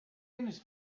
minutes